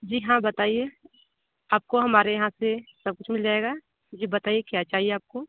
जी हाँ बताइए आपको हमारे यहाँ से सब कुछ मिल जाएगा जी बताइए क्या चाहिए आपको